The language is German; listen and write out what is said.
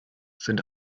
sind